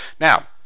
Now